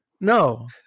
no